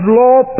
law